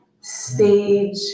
stage